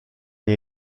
nie